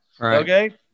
Okay